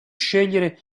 scegliere